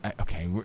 okay